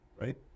right